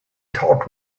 talked